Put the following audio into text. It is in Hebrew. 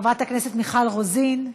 חברת הכנסת מיכל רוזין,